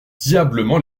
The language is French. diablement